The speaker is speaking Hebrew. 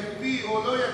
יקפיא או לא יקפיא.